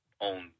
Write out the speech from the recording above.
own